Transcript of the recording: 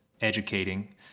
educating